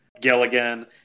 Gilligan